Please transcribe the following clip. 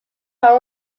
pas